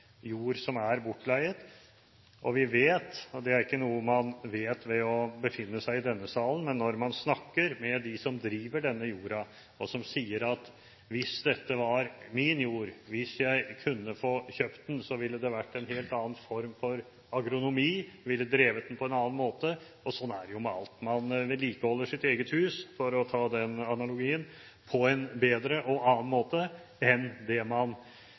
jord som er bortleid. Og vi vet – og det er ikke noe man vet ved å befinne seg i denne salen – når man snakker med dem som driver denne jorda, som sier at hvis dette var min jord, hvis jeg kunne få kjøpt den, at det da ville vært en helt annen form for agronomi, man ville drevet den på en annen måte. Sånn er det med alt: Man vedlikeholder sitt eget hus – for å ta den analogien – på en bedre og annen måte enn det man